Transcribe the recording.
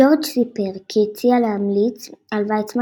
ג'ורג' סיפר כי הציע להמליץ על ויצמן